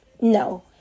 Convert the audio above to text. No